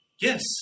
Yes